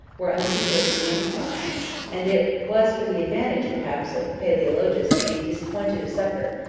were unequal to the enterprise and it was for the advantage, perhaps, of palaeologus to be disappointed of succor,